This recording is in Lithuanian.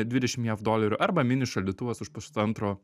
dvidešim jav dolerių arba mini šaldytuvas už pusantro